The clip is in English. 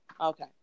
Okay